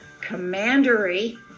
commandery